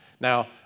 Now